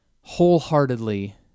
wholeheartedly